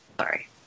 Sorry